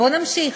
בואו נמשיך.